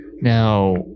Now